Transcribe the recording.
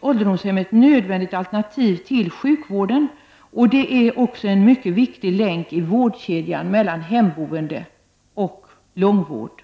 Ålderdomshemmen är ett nödvändigt alternativ till sjukvården. De utgör också en mycket viktig länk i vårdkedjan mellan hemboende och långvård.